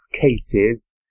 cases